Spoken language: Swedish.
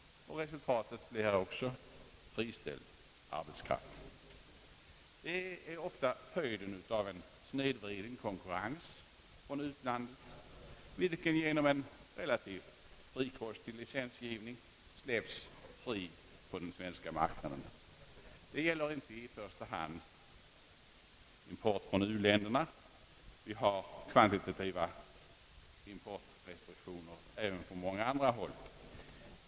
Resultatet blir också i detta fall friställd arhetskraft. Det är ofta följden av en tillfällig snedvriden konkurrens från utlandet, vilken genom en relativt frikostig licensgivning släpps fri på den svenska marknaden. Detta gäller inte i första hand import från u-länderna — vi har kvantitativa importrestriktioner även på många andra håll.